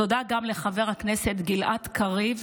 תודה גם לחבר הכנסת גלעד קריב,